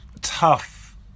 tough